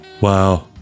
Wow